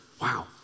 Wow